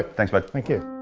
thanks bud. thank you.